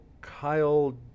Kyle